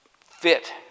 fit